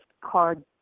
card